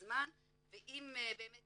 בזמן ואם באמת